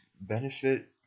benefit